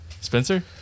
Spencer